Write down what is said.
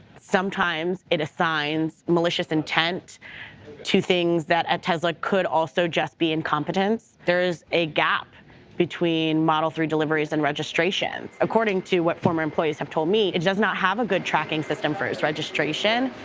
sometimes it assigns malicious intent to things that at tesla could also just be incompetence. there is a gap between model three deliveries and registrations. according to what former employees have told me, it does not have a good tracking system for its registration.